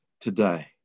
today